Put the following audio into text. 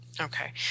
Okay